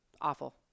awful